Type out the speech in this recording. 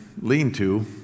lean-to